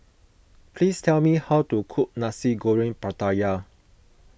please tell me how to cook Nasi Goreng Pattaya